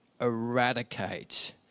eradicate